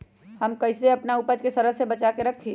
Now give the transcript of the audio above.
हम कईसे अपना उपज के सरद से बचा के रखी?